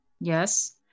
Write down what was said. yes